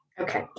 Okay